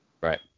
Right